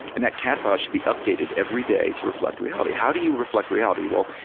and that cad file should be updated every day to reflect reality. how do you reflect reality? well,